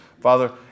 Father